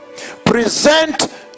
present